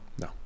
No